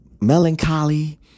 melancholy